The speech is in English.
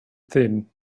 thin